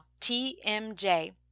TMJ